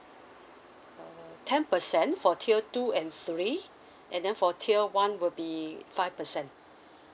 ten percent for tier two and three and then for tier one will be five percent